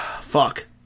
fuck